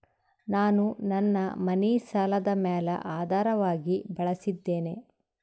ನಾನು ನನ್ನ ಮನಿ ಸಾಲದ ಮ್ಯಾಲ ಆಧಾರವಾಗಿ ಬಳಸಿದ್ದೇನೆ